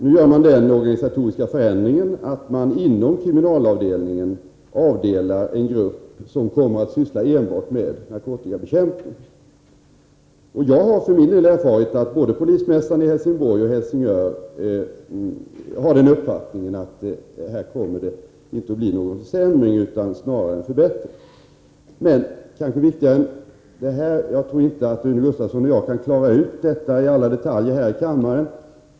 Nu görs den organisatoriska förändringen att man inom kriminalavdelningen avsätter en grupp som kommer att syssla enbart med narkotikabekämpning. Jag har för min del erfarit att både polismästaren i Helsingborg och i Helsingör är av den åsikten att det inte kommer att bli någon försämring, utan snarare en förbättring. Jag tror inte att Rune Gustavsson och jag kan klara ut alla detaljer i detta ärende här i kammaren.